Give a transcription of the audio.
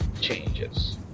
changes